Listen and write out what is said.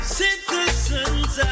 citizens